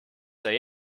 sai